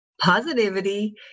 positivity